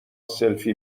سلفی